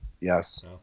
yes